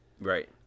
Right